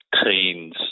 teens